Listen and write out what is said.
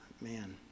man